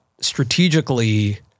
strategically